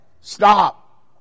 Stop